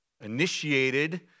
initiated